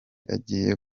agiye